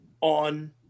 on